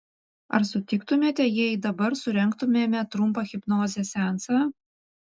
ar sutiktumėte jei dabar surengtumėme trumpą hipnozės seansą